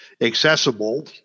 accessible